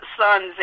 sons